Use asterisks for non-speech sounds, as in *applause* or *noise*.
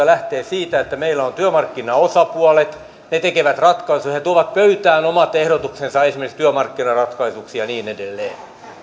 *unintelligible* lähtee siitä että meillä on työmarkkinaosapuolet ne tekevät ratkaisuja ne tuovat pöytään omat ehdotuksensa esimerkiksi työmarkkinaratkaisuksi ja niin edelleen